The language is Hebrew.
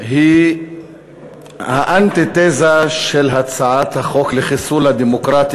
היא האנטיתזה של הצעת החוק לחיסול הדמוקרטיה,